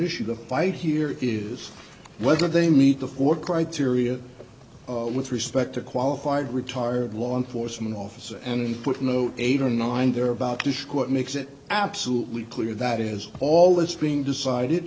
issue the fight here is whether they meet the what criteria with respect to qualified retired law enforcement officer and put no eight or nine there about this court makes it absolutely clear that is all this being decided